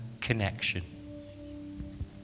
connection